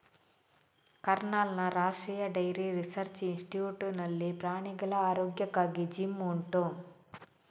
ಕರ್ನಾಲ್ನ ರಾಷ್ಟ್ರೀಯ dairy research institute ನಲ್ಲಿ ಪ್ರಾಣಿಗಳ ಆರೋಗ್ಯಕ್ಕಾಗಿ ಜಿಮ್ ಉಂಟು